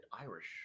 Irish